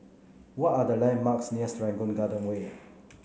what are the landmarks near Serangoon Garden Way